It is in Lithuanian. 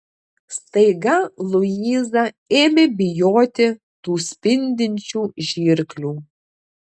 staiga luiza ėmė bijoti tų spindinčių žirklių